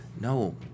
No